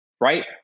right